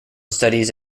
studies